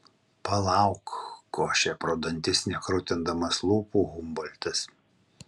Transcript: palauk košė pro dantis nekrutindamas lūpų humboltas